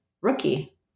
Rookie